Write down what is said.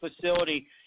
facility